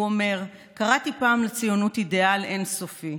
הוא אומר: קראתי פעם לציונות אידיאל אין-סופי,